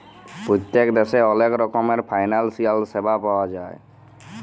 পত্তেক দ্যাশে অলেক রকমের ফিলালসিয়াল স্যাবা পাউয়া যায়